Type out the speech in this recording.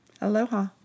aloha